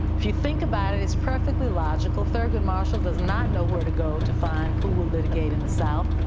if you think about it, it's perfectly logical. thurgood marshall does not know where to go to find who will litigate in the south,